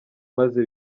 maze